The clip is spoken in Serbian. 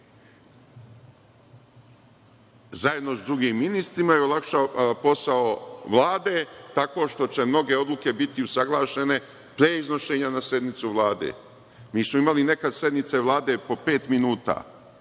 zajedno sa drugim ministrima i olakšava posao Vlade tako što će mnoge odluke biti usaglašene pre iznošenja na sednici Vlade. Mi smo imali nekad sednice Vlade po pet minuta,